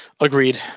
Agreed